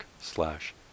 slash